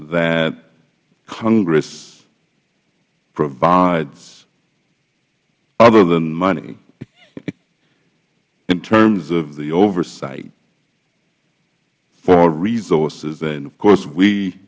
that congress provides other than money in terms of the oversight for resources and of course we